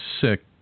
sick